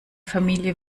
familie